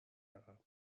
عقب